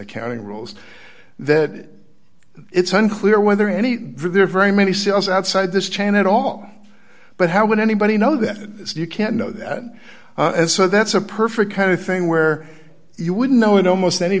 accounting rules that it's unclear whether any there are very many sales outside this chain at all but how would anybody know that you can't know that and so that's a perfectly thing where you would know in almost any